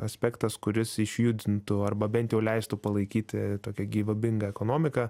aspektas kuris išjudintų arba bent jau leistų palaikyti tokią gyvybingą ekonomiką